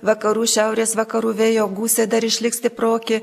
vakarų šiaurės vakarų vėjo gūsiai dar išliks stiproki